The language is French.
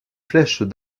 flèches